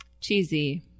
cheesy